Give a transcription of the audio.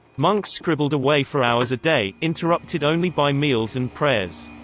monks scribbled away for hours a day, interrupted only by meals and prayers.